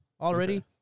Already